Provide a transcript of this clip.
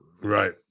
Right